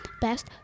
best